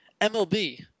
MLB